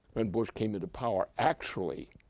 and bush came into power actually